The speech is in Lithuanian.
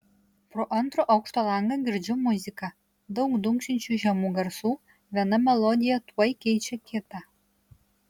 pro antro aukšto langą girdžiu muziką daug dunksinčių žemų garsų viena melodija tuoj keičia kitą